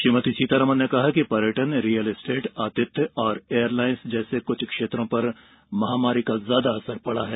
श्रीमती सीतारामन ने कहा कि पर्यटन रियल एस्टेट आतिथ्य और एयर लाईस जैसे कुछ क्षेत्रों पर महामारी का बहुत ज्यादा असर पड़ा है